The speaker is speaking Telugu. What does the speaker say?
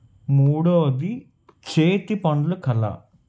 మూడోది చేతి పనుల కళ